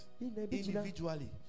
individually